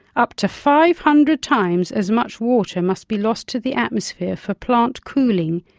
up to five hundred times as much water must be lost to the atmosphere for plant cooling,